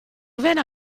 vena